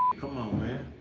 come on, man.